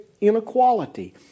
inequality